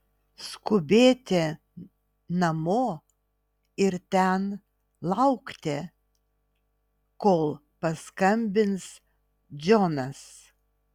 skubėti namo ir ten laukti kol paskambins džonas